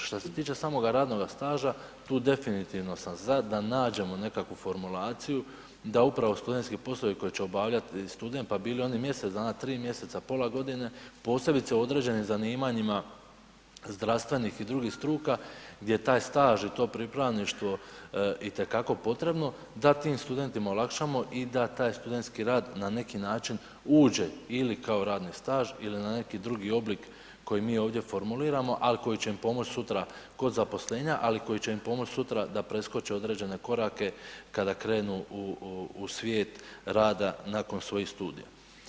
Šta se tiče samoga radnoga staža, tu definitivno sam za da nađemo nekakvu formulaciju da upravo studentski poslovi koje će obavljati student pa bili oni mjesec dana, 3 mjeseca, pola godine posebice u određenim zanimanjima zdravstvenih i drugih struka gdje taj staž i to pripravništvo itekako potrebno, da tim studentima olakšamo i da taj studentski rad na neki način uđe ili kao radni staž ili na neki drugi oblik koji mi ovdje formuliramo al koji će im pomoći sutra kod zaposlenja, ali koji će im pomoći sutra da preskoče određene korake kada krenu u svijet rada nakon svojih studija.